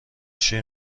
شیر